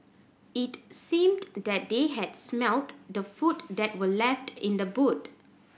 it seemed that they had smelt the food that were left in the boot